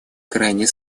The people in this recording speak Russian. крайне